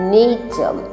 nature